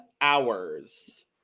hours